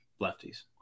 Lefties